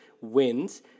wins